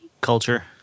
culture